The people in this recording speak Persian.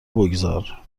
بگذار